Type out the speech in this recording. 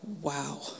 Wow